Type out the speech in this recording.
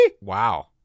wow